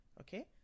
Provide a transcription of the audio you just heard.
okay